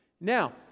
Now